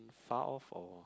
far off or